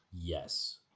Yes